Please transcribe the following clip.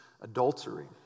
adultery